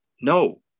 no